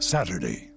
Saturday